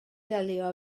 delio